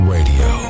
Radio